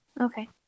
Okay